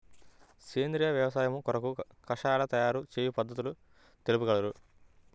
సేంద్రియ వ్యవసాయము కొరకు కషాయాల తయారు చేయు పద్ధతులు తెలుపగలరు?